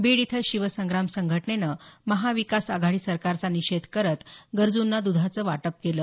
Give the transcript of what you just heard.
बीड इथं शिवसंग्राम संघटनेनं आज महाविकास आघाडी सरकारचा निषेध करत गरजुंना दधाचं वाटप केलं